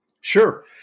Sure